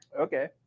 okay